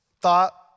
thought